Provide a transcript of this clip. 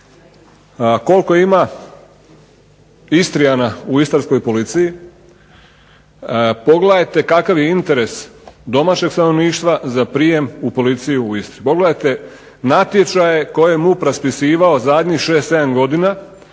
Koliko ima Istrijana u istarskoj policiji pogledajte kakav je interes domaćeg stanovništva za prijem u policiju u Istri. Pogledajte natječaje koje je MUP raspisivao zadnjih 6, 7 godina